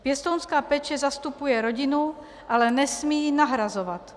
Pěstounská péče zastupuje rodinu, ale nesmí ji nahrazovat.